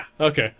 Okay